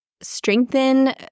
strengthen